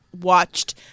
watched